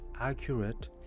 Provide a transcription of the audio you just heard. accurate